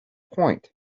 point